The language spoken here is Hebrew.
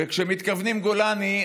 וכשמתכוונים גולני,